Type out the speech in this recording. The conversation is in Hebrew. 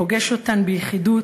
פוגש אותן ב"יחידות",